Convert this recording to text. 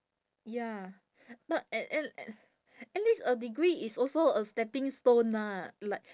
ya but at at a~ at least a degree is also a stepping stone lah like